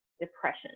depression